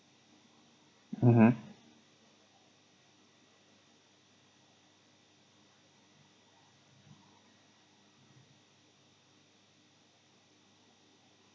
mmhmm